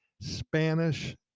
Spanish